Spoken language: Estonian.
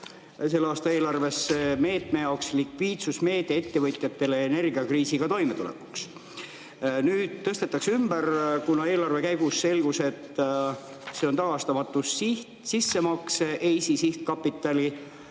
selle aasta eelarvesse meetmeks "Likviidsusmeede ettevõtjatele energiakriisiga toimetulekuks". Nüüd tõstetakse raha ümber, kuna eelarve [ülevaatamise] käigus selgus, et see on tagastamatu sissemakse EIS-i sihtkapitali